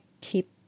keep